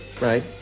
Right